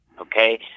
okay